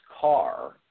car